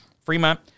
Fremont